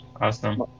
awesome